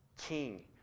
king